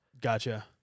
Gotcha